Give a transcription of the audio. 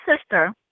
sister